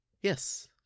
Yes